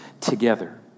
together